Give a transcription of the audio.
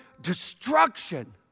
destruction